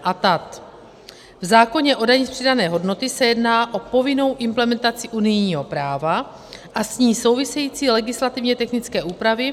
V zákoně o dani z přidané hodnoty se jedná o povinnou implementaci unijního práva a s ní související legislativně technické úpravy.